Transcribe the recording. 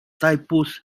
typos